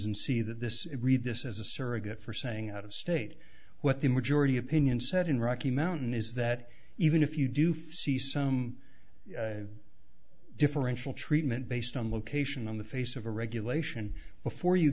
and see that this read this as a surrogate for saying out of state what the majority opinion said in rocky mountain is that even if you do ffs see some differential treatment based on location on the face of a regulation before you